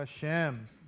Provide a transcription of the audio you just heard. Hashem